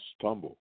stumble